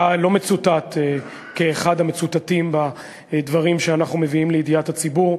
אתה לא מצוטט כאחד המצוטטים בדברים שאנחנו מביאים לידיעת הציבור.